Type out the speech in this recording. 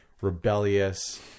rebellious